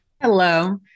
Hello